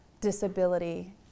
disability